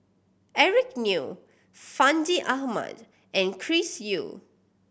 Eric Neo Fandi Ahmad and Chris Yeo